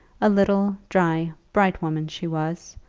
a little, dry, bright woman she was,